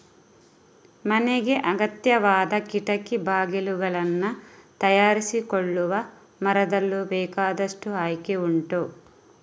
ಮನೆಗೆ ಅಗತ್ಯವಾದ ಕಿಟಕಿ ಬಾಗಿಲುಗಳನ್ನ ತಯಾರಿಸಿಕೊಳ್ಳುವ ಮರದಲ್ಲೂ ಬೇಕಾದಷ್ಟು ಆಯ್ಕೆ ಉಂಟು